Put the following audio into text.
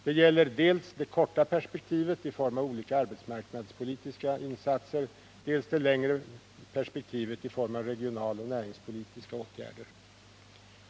Detta gäller dels det korta perspektivet i form av olika arbetsmarknadspolitiska insatser, dels det längre perspektivet i form av regionaloch näringspolitiska åtgärder.